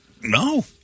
No